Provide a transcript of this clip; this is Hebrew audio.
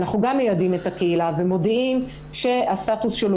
אנחנו גם מיידעים את הקהילה ומודיעים שהסטטוס שלו